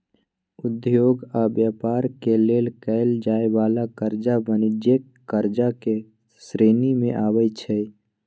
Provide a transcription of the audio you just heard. उद्योग आऽ व्यापार के लेल कएल जाय वला करजा वाणिज्यिक करजा के श्रेणी में आबइ छै